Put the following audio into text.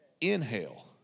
inhale